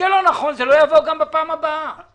אתם תביאו תקנות נוספות?